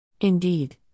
Indeed